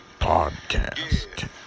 Podcast